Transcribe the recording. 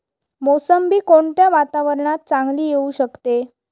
मोसंबी कोणत्या वातावरणात चांगली येऊ शकते?